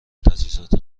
تجهیزات